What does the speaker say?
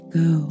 go